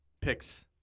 picks